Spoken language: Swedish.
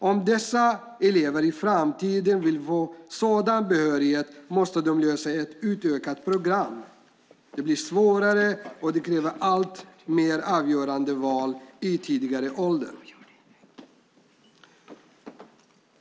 Om dessa elever i framtiden vill få sådan behörighet måste de läsa ett utökat program. Det blir svårare, och det kräver allt fler avgörande val i tidigare ålder.